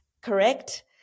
correct